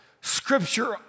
scripture